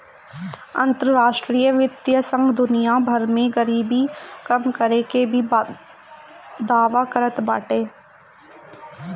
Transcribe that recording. अंतरराष्ट्रीय वित्तीय संघ दुनिया भर में गरीबी कम करे के भी दावा करत बाटे